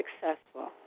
successful